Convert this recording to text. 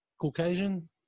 Caucasian